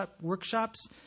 workshops